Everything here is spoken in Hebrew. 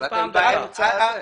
אבל אתם מפריעים לי באמצע.